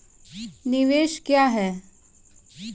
निवेश क्या है?